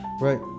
Right